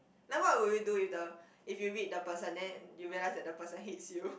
then what will you do if the if you read the person then you realise that the person hates you